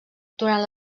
durant